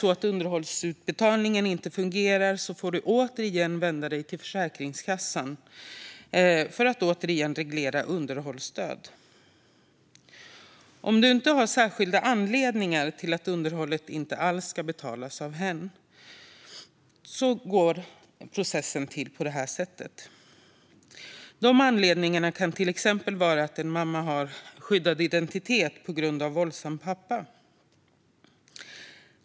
Om underhållsutbetalningen inte fungerar får du återigen vända dig till Försäkringskassan för att reglera underhållsstöd. Om du inte har särskilda anledningar till att underhållet inte alls ska betalas av hen går processen till på det här sättet. De anledningarna kan till exempel vara att en mamma har skyddad identitet på grund av att pappan är våldsam.